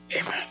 Amen